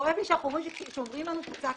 כואב לי שאומרים לנו, קיצצתם.